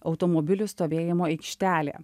automobilių stovėjimo aikštelė